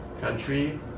Country